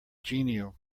genial